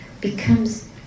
becomes